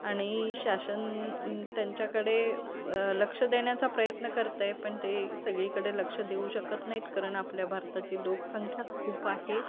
आणि शासन त्यांच्याकडे लक्ष देण्याचा प्रयत्न करतं आहे पण ते सगळीकडे लक्ष देऊ शकत नाही आहेत कारण आपल्या भारताची लोकसंख्याच खूप आहे